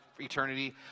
eternity